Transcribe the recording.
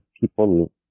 people